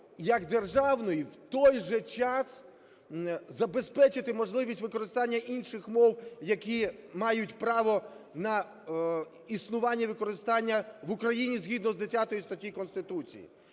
як державної, в той же час забезпечити можливість використання інших мов, які мають право на існування і використання в Україні згідно з 10 статтею Конституції.